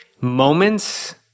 moments